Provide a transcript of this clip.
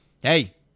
hey